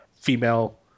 female